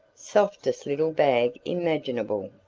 softest little bag imaginable.